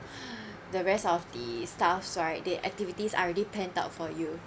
the rest of the stuff sorry that activities are already plan out for you